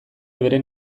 beren